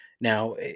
now